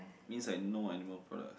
means like no animal products